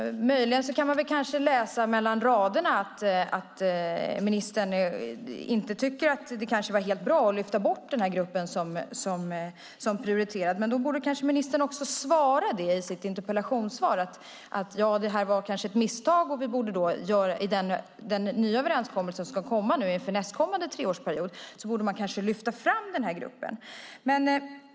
Möjligen kan man läsa mellan raderna att ministern inte tycker att det var helt bra att lyfta bort den här gruppen som prioriterad, men då borde kanske ministern också säga det i sitt interpellationssvar: Det här var kanske ett misstag. I den nya överenskommelsen som ska komma inför nästkommande treårsperiod borde man kanske lyfta fram den här gruppen.